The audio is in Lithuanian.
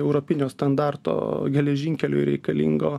europinio standarto geležinkeliui reikalingo